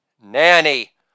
nanny